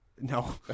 no